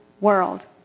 world